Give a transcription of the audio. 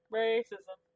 racism